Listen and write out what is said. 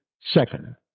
second